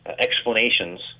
explanations